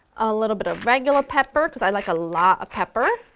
a little bit of regular pepper, i like a lot of pepper.